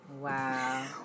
Wow